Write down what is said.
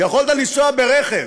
יכולת לנסוע ברכב